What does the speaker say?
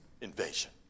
invasion